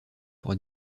pour